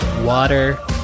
Water